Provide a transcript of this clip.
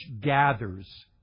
gathers